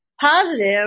positive